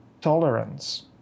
tolerance